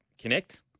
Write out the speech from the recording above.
connect